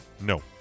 No